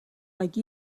like